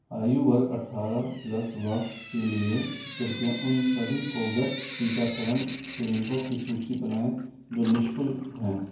आयु वर्ग अठारह प्लस वर्ष के लिए कृपया उन सभी कोवेक्स टीकाकरण क्लीनिकों की सूची बनाएँ जो निःशुल्क हैं